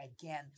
again